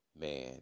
Man